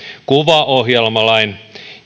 kuvaohjelmalain